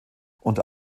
unter